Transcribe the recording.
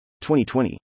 2020